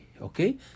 okay